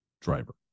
driver